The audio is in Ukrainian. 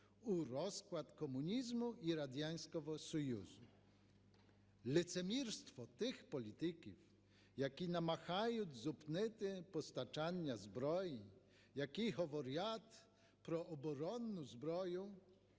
у розпад комунізму і Радянського Союзу. Лицемірство тих політиків, які намагаються зупинити постачання зброї, які говорять про оборонну зброю,